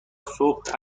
صبح